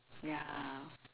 ya